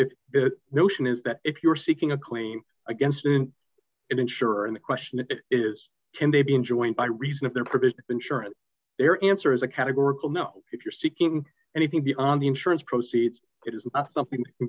if the notion is that if you're seeking a claim against an insurer and the question is can they be enjoined by reason of their provision insurance their answer is a categorical no if you're seeking anything beyond the insurance proceeds it isn't something that can